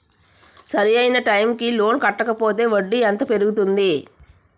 సరి అయినా టైం కి లోన్ కట్టకపోతే వడ్డీ ఎంత పెరుగుతుంది?